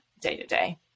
day-to-day